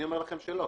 אני אומר לכם שלא.